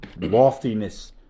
loftiness